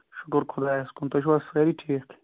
شُکُر خدایَس کُن تُہۍ چھِو حظ سٲری ٹھیٖک